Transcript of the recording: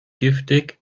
giftig